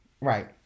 Right